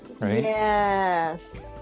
Yes